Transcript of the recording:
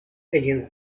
against